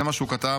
זה מה שהוא כתב.